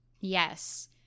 Yes